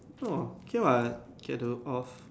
orh okay what get to off